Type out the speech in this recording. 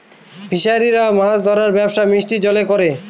ফিসারিরা মাছ ধরার ব্যবসা মিষ্টি জলে করে